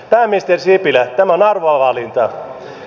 pääministeri sipilä tämä on arvovalinta